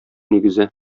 нигезе